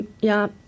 Ja